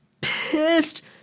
pissed